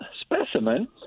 specimen